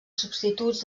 substituts